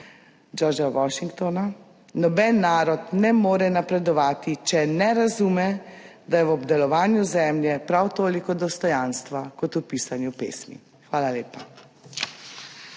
George Washingtona: »Noben narod ne more napredovati, če ne razume, da je v obdelovanju zemlje prav toliko dostojanstva kot v pisanju pesmi.« Hvala lepa.